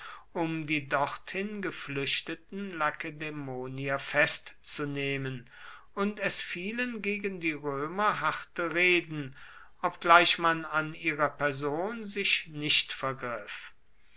um die dorthin geflüchteten lakedaemonier festzunehmen und es fielen gegen die römer harte reden obgleich man an ihrer person sich nicht vergriff